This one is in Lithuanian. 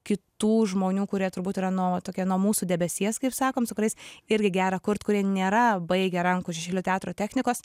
kitų žmonių kurie turbūt yra nu vat tokie nuo mūsų debesies kaip sakome su kuriais irgi gera kurt kurie nėra baigę rankų šešėlių teatro technikos